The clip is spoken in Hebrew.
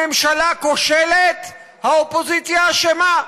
הממשלה כושלת, האופוזיציה אשמה,